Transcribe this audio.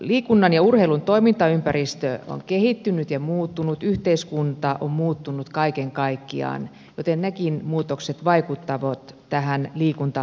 liikunnan ja urheilun toimintaympäristö on kehittynyt ja muuttunut yhteiskunta on muuttunut kaiken kaikkiaan joten nekin muutokset vaikuttavat tähän liikuntalakiin